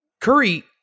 Curry